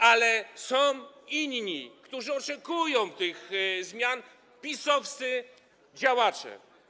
Ale są inni, którzy oczekują tych zmian, PiS-owscy działacze.